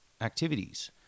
activities